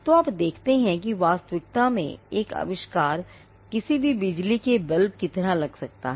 तो आप देखते हैं कि वास्तविकता में एक आविष्कार किसी भी बिजली के बल्ब की तरह लग सकता है